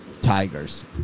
Tigers